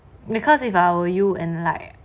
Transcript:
because if I were you and like